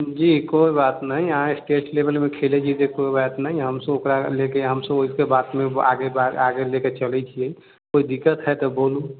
जी कोइ बात नहि अहाँ स्टेट लेवेल पर खेलै छी तऽ कोइ बात नहि हमसब ओकरा लयके हमसब ओहिके बातमे आगे बातमे आगे लयके चलै छियै कोइ दिक्कत है तऽ बोलू